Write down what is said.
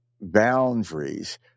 boundaries